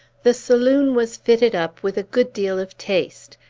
the saloon was fitted up with a good deal of taste.